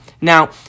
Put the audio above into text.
Now